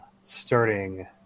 Starting